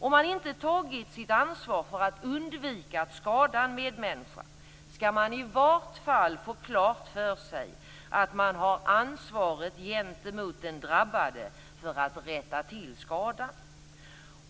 Om man inte tagit sitt ansvar för att undvika att skada en medmänniska skall man i vart fall få klart för sig att man har ansvaret gentemot den drabbade för att rätta till skadan.